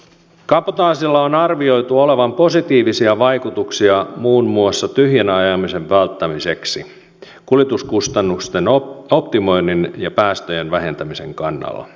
kabotaasilla on arvioitu olevan positiivisia vaikutuksia muun muassa tyhjänä ajamisen välttämisen kuljetuskustannusten optimoinnin ja päästöjen vähentämisen kannalta